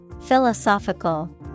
Philosophical